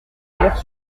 colères